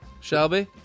Shelby